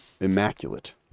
immaculate